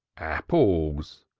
apples,